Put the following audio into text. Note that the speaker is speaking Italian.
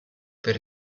per